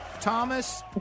Thomas